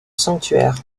sanctuaire